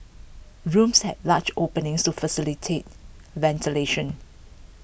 rooms had large openings to facilitate ventilation